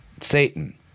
Satan